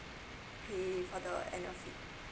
pay for the annual fee